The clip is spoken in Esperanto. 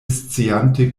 sciante